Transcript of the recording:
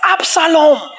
Absalom